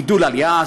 עידוד עלייה,